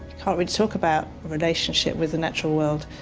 can't really talk about relationship with the natural world,